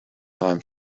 time